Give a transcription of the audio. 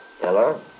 Hello